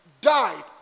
died